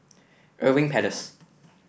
Irving Place